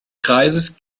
kreises